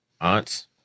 aunts